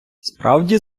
справді